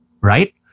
right